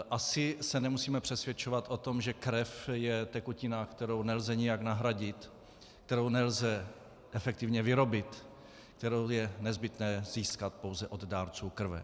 Asi se nemusíme přesvědčovat o tom, že krev je tekutina, kterou nelze nijak nahradit, kterou nelze efektivně vyrobit, kterou je nezbytné získat pouze od dárců krve.